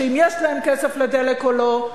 אם יש להם כסף לדלק או לא,